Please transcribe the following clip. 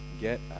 get